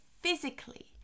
physically